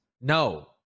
No